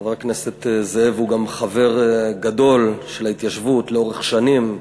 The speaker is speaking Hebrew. חבר הכנסת זאב הוא גם חבר גדול של ההתיישבות לאורך שנים,